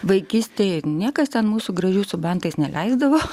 vaikystėj niekas ten mūsų gražių su bantais neleisdavo